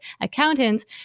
accountants